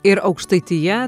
ir aukštaitija